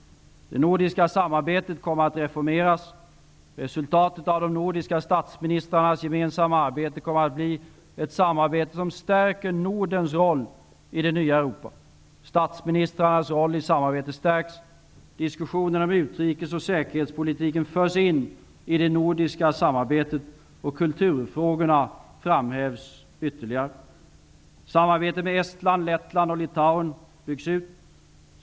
Det nordiska samarbetet kommer att reformeras. Resultatet av de nordiska statsministrarnas gemensamma arbete kommer att bli ett samarbete som stärker Nordens roll i det nya Europa. Statsministrarnas roll i samarbetet stärks. Diskussionen om utrikes och säkerhetspolitiken förs in i det nordiska samarbetet och kulturfrågorna framhävs ytterligare. Samarbetet med Estland, Lettland och Litauen byggs ut.